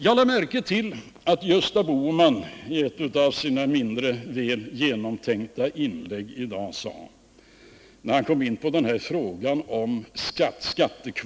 Jag lade märke till att Gösta Bohman i ett av sina mindre väl genomtänkta inlägg i dag kom in på frågan om skattekvoten.